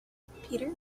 peter